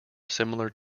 similar